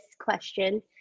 question